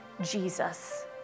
Jesus